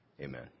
Amen